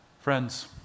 Friends